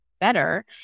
better